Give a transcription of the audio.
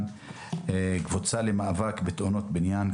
הקבוצה למאבק בתאונות בניין,